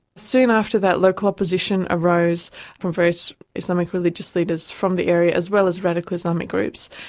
soon after that local opposition arose from various islamic religious leaders from the area, as well as radical islamic groups.